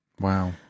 Wow